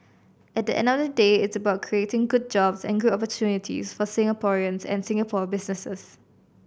at the end of the day it's about creating good jobs and good opportunities for Singaporeans and Singapore businesses